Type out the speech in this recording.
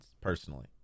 personally